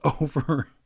over